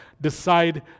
decide